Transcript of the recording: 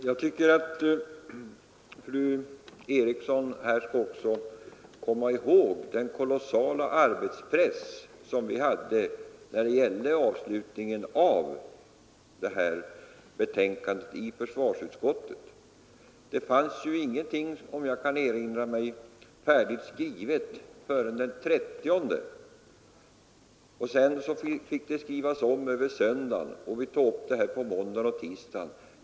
Herr talman! Fru Eriksson bör väl också komma ihåg den kolossala press som vi hade i arbetet i försvarsutskottet vid avslutningen av detta betänkande. Enligt vad jag kan erinra mig fanns det ingenting färdigskrivet i här diskuterat avsnitt förrän den 30 november. Det utkast som då förelåg fick skrivas om över söndagen, varefter vi tog upp saken på nytt på måndagen och tisdagen.